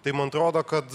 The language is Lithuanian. tai man atrodo kad